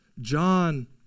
John